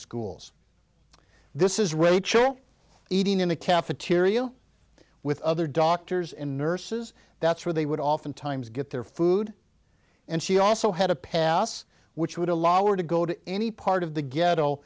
schools this is rachel eating in a cafeteria with other doctors and nurses that's where they would oftentimes get their food and she also had a pass which would allow her to go to any part of the ghetto